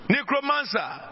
Necromancer